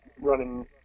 running